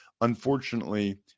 Unfortunately